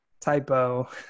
typo